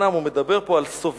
אומנם הוא מדבר פה על סובייטים,